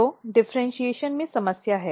तो डिफरेन्शीऐशन में समस्या है